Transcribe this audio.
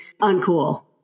uncool